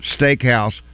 Steakhouse